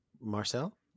marcel